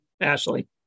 ashley